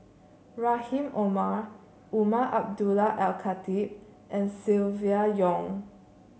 Rahim Omar Umar Abdullah Al Khatib and Silvia Yong